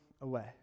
away